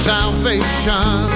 Salvation